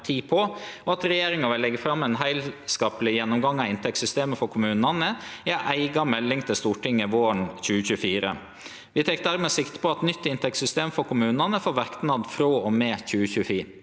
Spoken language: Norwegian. og at regjeringa vil leggje fram ein heilskapleg gjennomgang av inntektssystemet for kommunane i ei eiga melding til Stortinget våren 2024. Vi tek dermed sikte på at nytt inntektssystem for kommunane får verknad frå og med 2025.